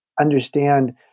understand